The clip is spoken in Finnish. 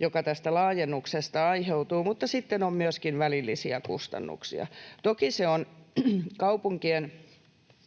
jotka tästä laajennuksesta aiheutuvat, mutta sitten on myöskin välillisiä kustannuksia. Toki se on kaupunkien